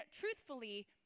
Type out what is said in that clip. truthfully